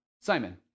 Simon